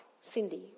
Cindy